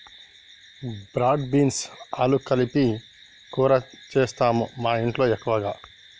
broad beans ఆలు కలిపి కూర చేస్తాము మాఇంట్లో ఎక్కువగా